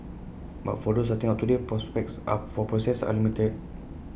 but for those starting out today prospects up for pore success are limited